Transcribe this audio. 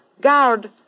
Guard